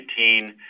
2019